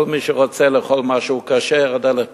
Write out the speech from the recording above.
כל מי שרוצה לאכול משהו כשר הדלת פתוחה,